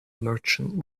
merchant